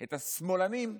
את "השמאלנים"